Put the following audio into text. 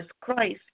Christ